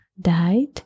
died